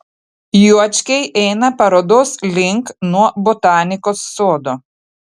juočkiai eina parodos link nuo botanikos sodo